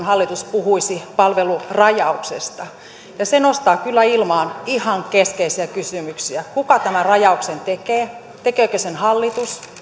hallitus puhuisi palvelurajauksesta se nostaa kyllä ilmaan ihan keskeisiä kysymyksiä kuka tämän rajauksen tekee tekeekö sen hallitus